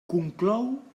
conclou